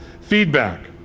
feedback